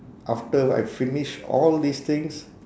after I finish all these things